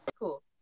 Cool